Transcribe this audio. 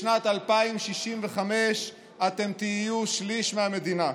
בשנת 2065 אתם תהיו שליש מהמדינה.